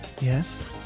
Yes